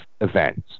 events